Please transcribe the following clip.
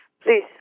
Please